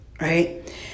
right